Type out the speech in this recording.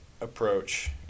approach